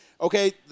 okay